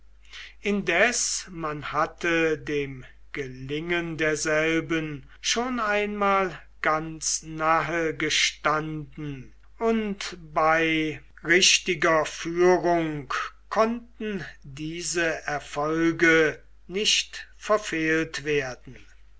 indes man hatte dem gelingen derselben schon einmal ganz nahe gestanden und bei richtiger führung konnten diese erfolge nicht verfehlt werden